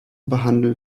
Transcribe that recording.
behandeln